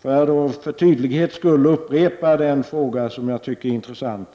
Får jag för tydlighetens skull upprepa den fråga som jag tycker är intressant: